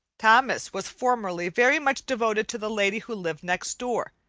thomas was formerly very much devoted to the lady who lived next door,